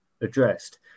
addressed